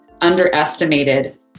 underestimated